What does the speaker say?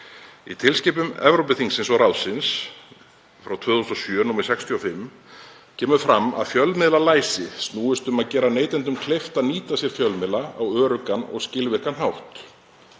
Í tilskipun Evrópuþingsins og ráðsins 2007/65/EB kemur fram að fjölmiðlalæsi snúist um að gera neytendum kleift að nýta sér fjölmiðla á öruggan og skilvirkan hátt.